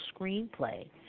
Screenplay